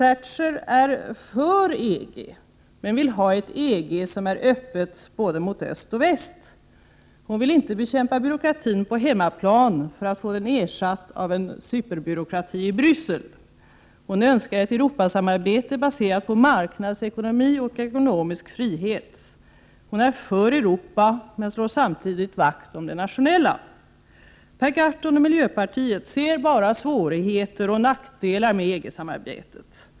Hon är för EG men vill ha ett EG som är öppet mot både öst och väst. Hon vill inte bekämpa byråkratin på hemmaplan för att få den ersatt av en superbyråkrati i Bryssel. Hon önskar ett Europasamarbete baserat på marknadsekonomi och ekonomisk frihet. Hon är för Europa men slår samtidigt vakt om det nationella. Per Gahrton och miljöpartiet ser bara svårigheter och nackdelar med EG-samarbetet.